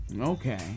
okay